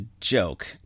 joke